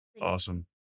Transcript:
awesome